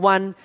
One